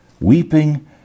Weeping